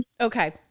Okay